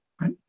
right